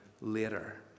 later